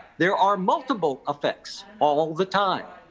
there are multiple effects all the time.